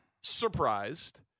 surprised